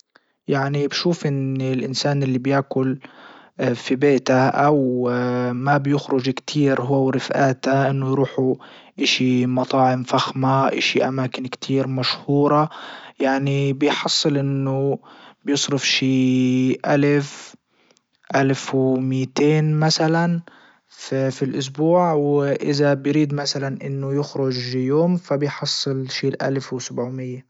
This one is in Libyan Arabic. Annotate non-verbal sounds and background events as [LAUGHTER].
يعني بشوف ان الانسان اللي بياكل [HESITATION] في بيته او [HESITATION] ما بيخرج كتير هو ورفئاته انه يروحوا اشي مطاعم فخمة اشي اماكن كتير مشهورة يعني بيحصل انه بيصرف شي الف الف ومائتين مثلا في الاسبوع واذا بيريد مثلا انه يخرج يوم فبيحصل شي الف وسبعمائة.